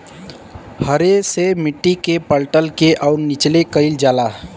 हरे से मट्टी के पलट के उपर नीचे कइल जाला